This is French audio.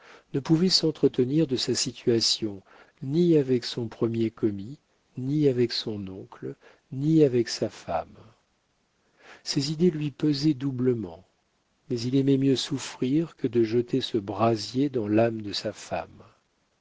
ne pouvait s'entretenir de sa situation ni avec son premier commis ni avec son oncle ni avec sa femme ses idées lui pesaient doublement mais il aimait mieux souffrir que de jeter ce brasier dans l'âme de sa femme